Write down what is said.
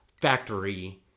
factory